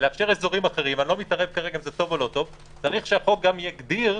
ולאפשר אזורים אחרים - צריך שהחוק גם יגדיר,